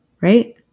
Right